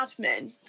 admin